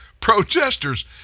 protesters